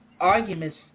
arguments